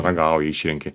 ragauji išrenki